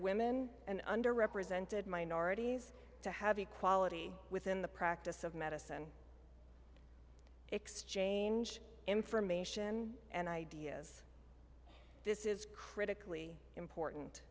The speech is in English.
women and under represented minorities to have equality within the practice of medicine exchange information and ideas this is critically important